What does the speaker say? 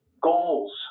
goals